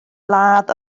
ladd